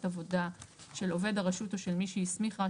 עבודה של עובד הרשות או של מי שהסמיכה,